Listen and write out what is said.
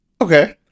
Okay